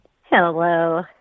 Hello